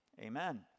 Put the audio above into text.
Amen